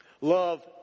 Love